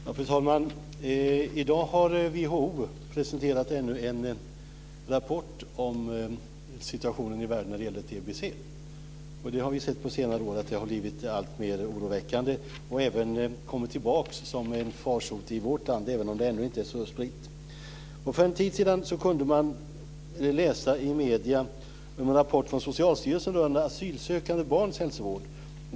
Fru talman! I dag har WHO presenterat ännu en rapport om situationen i världen när det gäller tbc. Under senare år har vi sett att den har blivit alltmer oroväckande. Den har kommit tillbaka som en farsot i vårt land, även om den ännu inte är så spridd. För en tid sedan kunde man läsa i medierna om en rapport från Socialstyrelsen rörande asylsökande barns hälsovård.